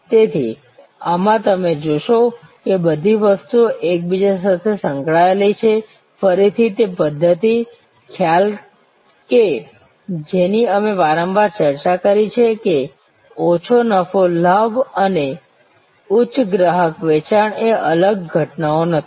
તેથી આમાં તમે જોશો કે બધી વસ્તુઓ એકબીજા સાથે સંકળાયેલી છે ફરીથી તે પદ્ધત્તિ ખ્યાલ કે જેની અમે વારંવાર ચર્ચા કરી છે કે ઓછો નફો લાભ અને ઉચ્ચ ગ્રાહક વેચાણ એ અલગ ઘટનાઓ નથી